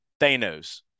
Thanos